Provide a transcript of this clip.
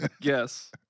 Yes